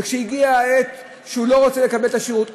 כשתגיע העת והוא לא ירצה לקבל את השירות,